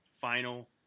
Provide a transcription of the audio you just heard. final